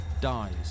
dies